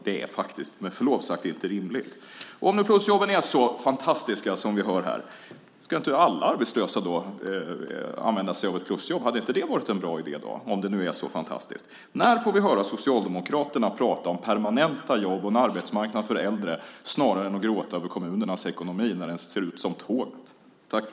Det är faktiskt, med förlov sagt, inte rimligt. Om nu plusjobben är så fantastiska som vi hör här, ska inte alla arbetslösa använda sig av ett plusjobb? Hade inte det varit en bra idé, om det nu är så fantastiskt? När får vi höra Socialdemokraterna prata om permanenta jobb och en arbetsmarknad för äldre snarare än att gråta över kommunernas ekonomi när den ser ut att gå som tåget?